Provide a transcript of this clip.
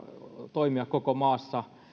toimia koko maassa